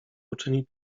uczynić